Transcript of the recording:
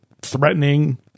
threatening